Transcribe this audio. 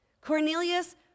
Cornelius